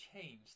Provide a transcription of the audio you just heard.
changed